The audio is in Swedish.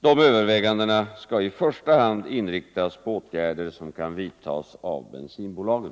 Dessa överväganden skall i första hand inriktas på åtgärder som kan vidtas av bensinbolagen.